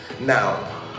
Now